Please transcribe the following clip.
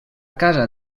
casa